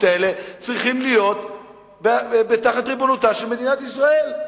האלה צריכים להיות תחת ריבונותה של מדינת ישראל.